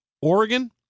Oregon